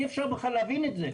אי אפשר בכלל להבין את זה.